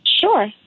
Sure